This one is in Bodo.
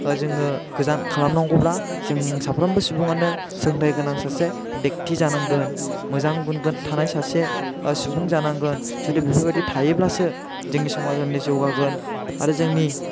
जों गोजान खालामनांगौब्ला जों साफ्रोमबो सुबुङानो सोलोंथाइ गोनां व्यकति जानांगोन मोजां गुन थानाय सासे सुबुं जानांगोन जुदि बेफोरबादि थायोब्लासो जोंनि समाजनि जौगागोन आरो जोंनि